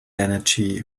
energy